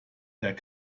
der